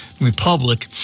republic